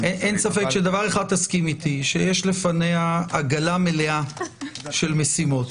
תסכים איתי שיש לפניה עגלה מלאה של משימות.